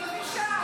אולי.